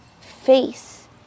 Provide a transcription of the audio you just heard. face